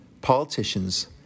politicians